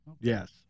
yes